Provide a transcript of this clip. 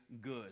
good